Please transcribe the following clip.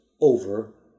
over